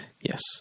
Yes